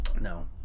No